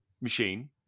machine